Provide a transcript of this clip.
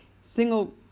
single